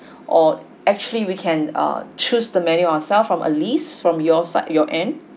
or actually we can ah choose the menu our self from a list from your side your end